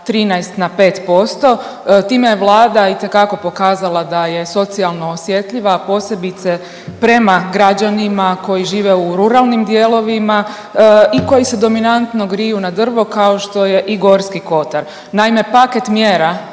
13 na 5%, time je vlada itekako pokazala da je socijalno osjetljiva, a posebice prema građanima koji žive u ruralnim dijelovima i koji se dominantno griju na drvo kao što je i Gorski kotar. Naime paket mjera